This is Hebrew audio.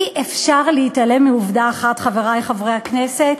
אי-אפשר להתעלם מעובדה אחת, חברי חברי הכנסת: